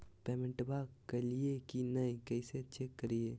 पेमेंटबा कलिए की नय, कैसे चेक करिए?